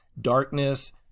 Darkness